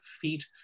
feet